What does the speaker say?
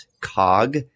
cog